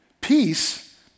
Peace